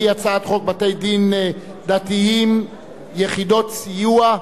הצעת חוק בתי-דין דתיים (יחידות סיוע),